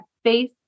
space